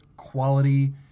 quality